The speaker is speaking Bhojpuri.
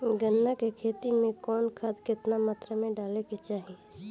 गन्ना के खेती में कवन खाद केतना मात्रा में डाले के चाही?